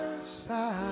side